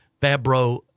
Fabro